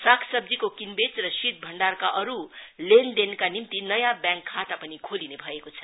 सागसब्जीको किन्बेच र शीत भण्डारका अरू लेनदेनका निम्ति नयाँ ब्यांक खाता पनि खोलिने भएको छ